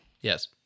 Yes